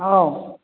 ꯑꯧ